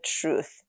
truth